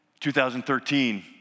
2013